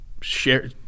Share